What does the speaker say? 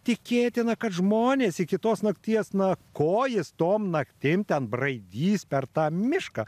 tikėtina kad žmonės iki tos nakties na ko jis tom naktim ten braidys per tą mišką